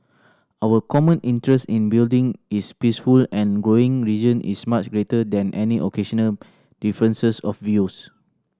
our common interest in building is peaceful and growing region is much greater than any occasional differences of views